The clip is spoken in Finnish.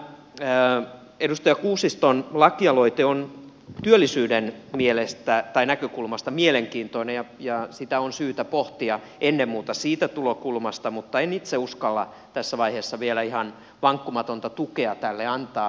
tämä edustaja kuusiston lakialoite on työllisyyden näkökulmasta mielenkiintoinen ja sitä on syytä pohtia ennen muuta siitä tulokulmasta mutta en itse uskalla tässä vaiheessa vielä ihan vankkumatonta tukea tälle antaa